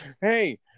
hey